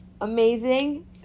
Amazing